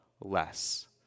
less